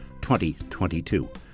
2022